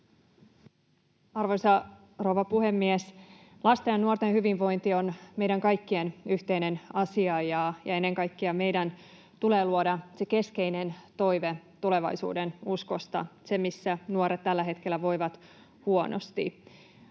Arvoisa rouva puhemies! Lasten ja nuorten hyvinvointi on meidän kaikkien yhteinen asia, ja ennen kaikkea meidän tulee luoda se keskeinen toive tulevaisuudenuskosta — se, missä nuoret tällä hetkellä voivat huonosti.